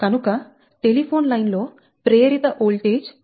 కనుక telephone line లో ప్రేరిత వోల్టేజ్ 3